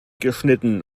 geschnitten